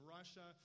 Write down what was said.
Russia